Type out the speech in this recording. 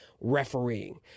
refereeing